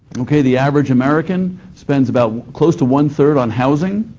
okay, the average american spends about close to one-third on housing,